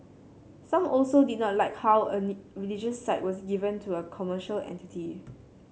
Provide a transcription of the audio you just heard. some also did not like how a religious site was given to a commercial entity